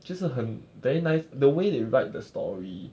就是很 very nice the way they write the story